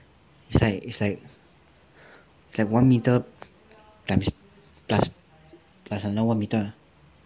it's like it's like it's like one metre times plus another one metre lah